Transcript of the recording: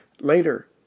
Later